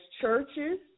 churches